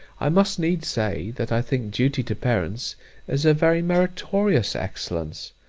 i must needs say, that i think duty to parents is a very meritorious excellence.